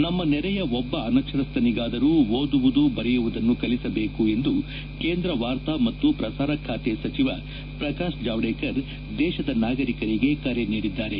ನಮ್ನ ನೆರೆಯ ಒಬ್ಬ ಅನಕ್ಷರಸ್ತನಿಗಾದರೂ ಓದುವುದು ಬರೆಯುವುದನ್ನು ಕಲಿಸಬೇಕು ಎಂದು ಕೇಂದ್ರ ವಾರ್ತಾ ಮತ್ತು ಪ್ರಸಾರ ಖಾತೆ ಸಚಿವ ಪ್ರಕಾಶ್ ಜಾವಡೇಕರ್ ದೇಶದ ನಾಗರಿಕರಿಗೆ ಕರೆ ನೀಡಿದ್ದಾರೆ